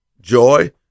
Joy